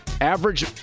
average